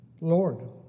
Lord